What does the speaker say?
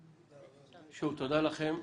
שוב, תודה לכם.